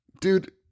dude